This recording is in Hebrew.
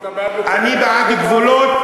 אבל אתה בעד לפרק,